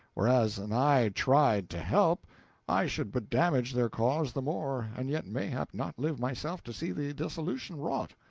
whereas an i tried to help i should but damage their cause the more and yet mayhap not live myself to see the desolation wrought.